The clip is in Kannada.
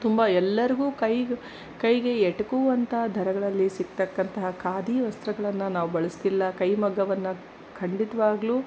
ತುಂಬ ಎಲ್ಲರಿಗೂ ಕೈಗೆ ಕೈಗೆ ಎಟಕುವಂತಹ ದರಗಳಲ್ಲಿ ಸಿಕ್ತಕ್ಕಂತಹ ಖಾದಿ ವಸ್ತ್ರಗಳನ್ನು ನಾವು ಬಳಸ್ತಿಲ್ಲ ಕೈಮಗ್ಗವನ್ನು ಖಂಡಿತವಾಗ್ಲೂ